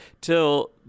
till